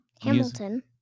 hamilton